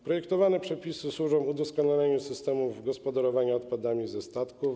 Projektowane przepisy służą udoskonaleniu systemów gospodarowania odpadami ze statków.